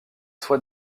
soit